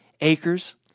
acres